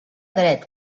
dret